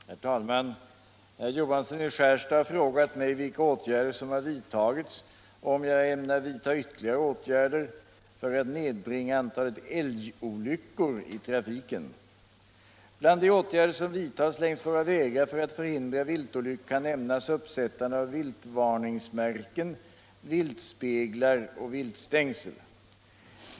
Herr talman! Herr Johansson i Skärstad har frågat mig vilka åtgärder som har vidtagits och om jag ämnar vidta ytterligare åtgärder för att nedbringa antalet älgolyckor i trafiken. Bland de åtgärder som vidtas längs våra vägar för att förhindra viltolyckor kan nämnas uppsättande av viltvarningsmärken, viltspeglar och viltstängsel.